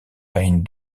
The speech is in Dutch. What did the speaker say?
pijn